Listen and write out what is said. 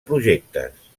projectes